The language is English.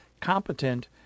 competent